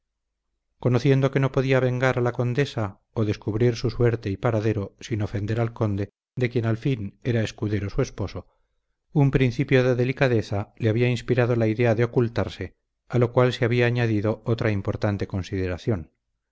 conociendo que no podía vengar a la condesa o descubrir su suerte y paradero sin ofender al conde de quien al fin era escudero su esposo un principio de delicadeza le había inspirado la idea de ocultarse a lo cual se había añadido otra importante consideración